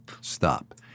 stop